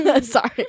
Sorry